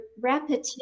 repetition